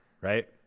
right